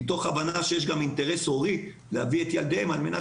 מתוך הבנה שיש אינטרס של ההורים להביא את ילדיהם על מנת